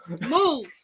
Move